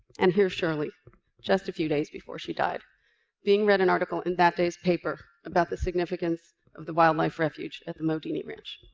and here's shirley just a few days before she died being read an article in that day's paper about the significance of the wildlife refuge at the modini ranch.